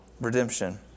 redemption